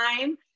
time